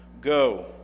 go